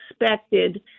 expected